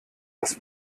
das